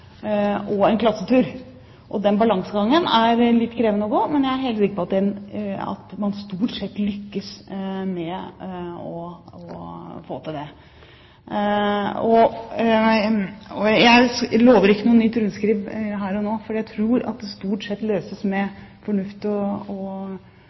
og en klassetur? Den balansegangen er litt krevende å gå, men jeg er helt sikker på at man stort sett lykkes med å få til det. Jeg lover ikke noe nytt rundskriv her og nå. Jeg tror at det stort sett løses med